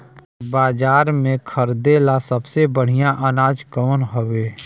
बाजार में खरदे ला सबसे बढ़ियां अनाज कवन हवे?